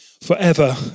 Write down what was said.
forever